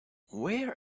where